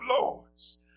lords